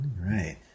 right